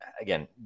again